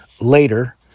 later